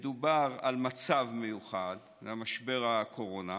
מדובר על מצב מיוחד: משבר הקורונה.